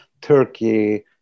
Turkey